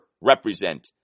represent